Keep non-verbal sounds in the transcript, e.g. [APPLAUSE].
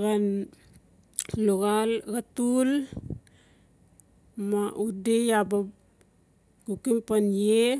xan [NOISE] luxal xatul [NOISE] ma udi ia ba kukim pan iee